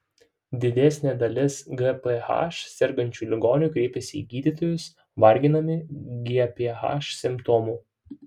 didesnė dalis gph sergančių ligonių kreipiasi į gydytojus varginami gph simptomų